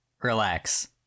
relax